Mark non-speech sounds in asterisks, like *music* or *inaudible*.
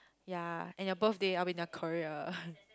ya and your birthday I will be in the Korea *breath*